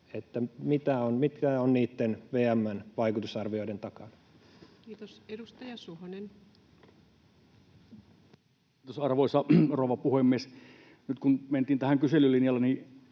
mitä on niitten VM:n vaikutusarvioiden takana. Kiitos. — Edustaja Suhonen. Arvoisa rouva puhemies! Nyt kun mentiin tähän kyselylinjalle,